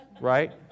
right